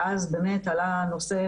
ואז עלה הנושא,